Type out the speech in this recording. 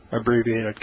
abbreviated